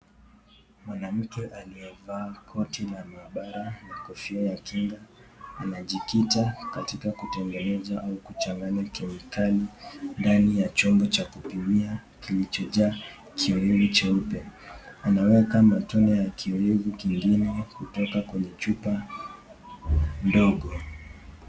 Mwanamke aliye vaa koti la mahabara na kofia ya kinga, anajikicha katika kutengeneza ama kuchanganya kemikali ndani ya chombo ya kupimia kilicho jaa kiweni cheupe, anaweka matunda ya kiweni kingine kutoka kwenye chupa ndogo.